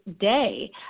day